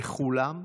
בכולם,